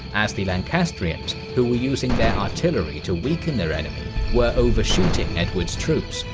as the lancastrians, who were using their artillery to weaken their enemy, were overshooting edward's troops,